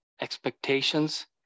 expectations